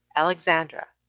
alexandra,